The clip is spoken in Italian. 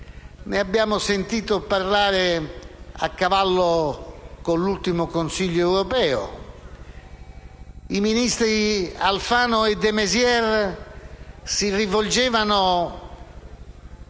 cui abbiamo sentito parlare a cavallo con l'ultimo Consiglio europeo? I ministri Alfano e de Maizière si rivolgevano